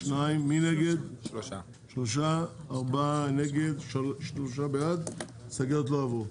3 נגד, 4 נמנעים, 0 ההסתייגויות לא התקבלו.